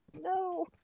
no